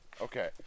Okay